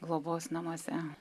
globos namuose